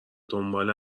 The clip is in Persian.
دنبال